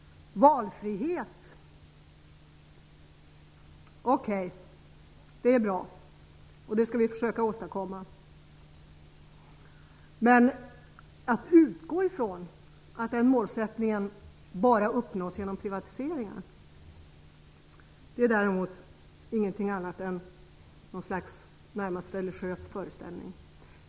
Valfrihet är bra, och en sådan skall vi försöka åstadkomma, men att utgå från att det målet uppnås bara genom privatiseringar är däremot ett slags närmast religiös föreställning.